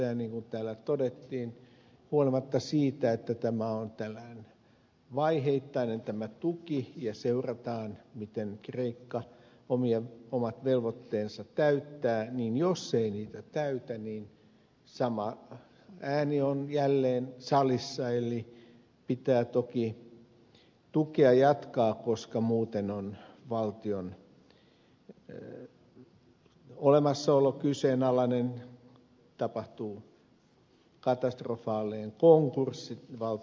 ja niin kuin täällä todettiin huolimatta siitä että tämä tuki on vaiheittainen ja seurataan miten kreikka omat velvoitteensa täyttää jos se ei niitä täytä sama ääni on jälleen salissa eli pitää toki tukea jatkaa koska muuten on valtion olemassaolo kyseenalainen tapahtuu katastrofaalinen konkurssi valtion kaatuminen